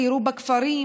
סיירו בכפרים,